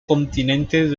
continentes